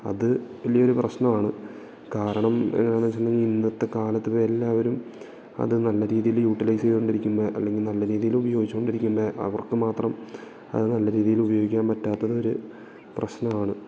അത് വലിയ ഒരു പ്രശ്നമാണ് കാരണം എന്ന് വെച്ചിട്ടുണ്ടെങ്കിൽ ഇന്നത്തെ കാലത്തിലും എല്ലാവരും അത് നല്ല രീതിയിൽ യൂട്ടിലൈസ് ചെയ്തോണ്ടിരിക്കുന്നത് അല്ലെങ്കിൽ നല്ല രീതിയിൽ ഉപയോഗിച്ചോണ്ടിരിക്കുന്നത് അവർക്ക് മാത്രം അത് നല്ല രീതിയിൽ ഉപയോഗിക്കാൻ പറ്റാത്തത് ഒരു പ്രശ്നമാണ്